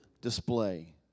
display